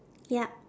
ya